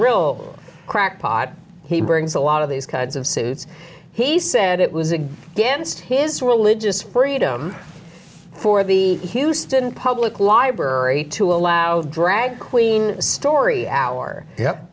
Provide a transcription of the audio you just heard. real crackpot he brings a lot of these kinds of suits he said it was it against his religious freedom for the houston public library to allow drag queen story hour